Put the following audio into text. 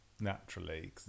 naturally